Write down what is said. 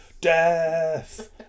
death